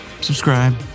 subscribe